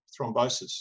thrombosis